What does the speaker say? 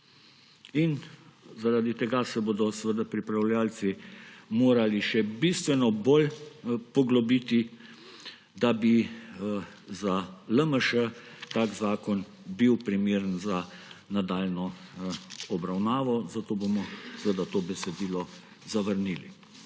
Zaradi tega se bodo seveda pripravljavci morali še bistveno bolj poglobiti, da bi za LMŠ tak zakon bil primeren za nadaljnjo obravnavo. Zato bomo seveda to besedilo zavrnili.